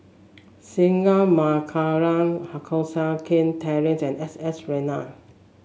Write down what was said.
Singai Mukilan Koh Seng Kiat Terence and S S Ratnam